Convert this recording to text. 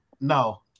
No